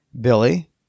Billy